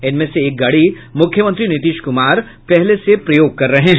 इनमें से एक गाड़ी मुख्यमंत्री नीतीश कुमार पहले से प्रयोग कर रहे हैं